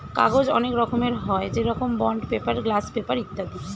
কাগজ অনেক রকমের হয়, যেরকম বন্ড পেপার, গ্লাস পেপার ইত্যাদি